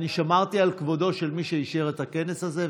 שמרתי על כבודו של מי שאישר את הכנס הזה,